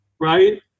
right